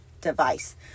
device